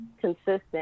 consistent